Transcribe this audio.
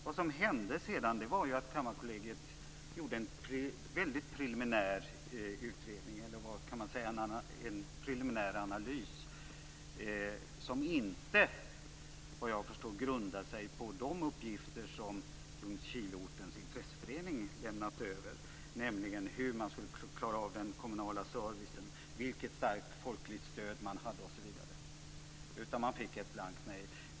Vad som sedan hände var att Kammarkollegiet gjorde en preliminär analys som inte, vad jag förstår, grundade sig på de uppgifter som Ljungskileortens intresseförening lämnade över, om hur man skulle klara av den kommunala servicen, om vilket starkt folkligt stöd man hade, osv. Man fick ett blankt nej.